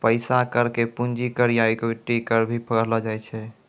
पैसा कर के पूंजी कर या इक्विटी कर भी कहलो जाय छै